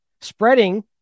Spreading